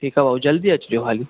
ठीकु आहे भाउ जल्दी अचिजो हाली